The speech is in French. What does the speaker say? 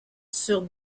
sur